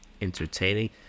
entertaining